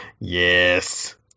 Yes